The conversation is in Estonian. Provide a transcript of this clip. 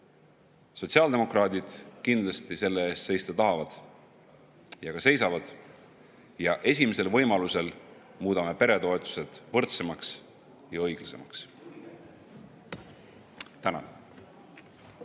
Sotsiaaldemokraadid kindlasti selle eest seista tahavad ja ka seisavad. Esimesel võimalusel muudame peretoetused võrdsemaks ja õiglasemaks. Tänan!